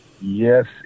Yes